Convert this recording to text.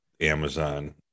amazon